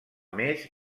més